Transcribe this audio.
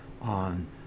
on